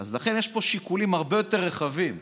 לכן, יש פה שיקולים הרבה יותר רחבים.